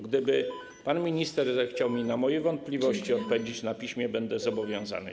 Gdyby pan minister zechciał na moje wątpliwości odpowiedzieć na piśmie, będę zobowiązany.